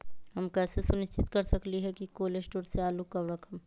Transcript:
हम कैसे सुनिश्चित कर सकली ह कि कोल शटोर से आलू कब रखब?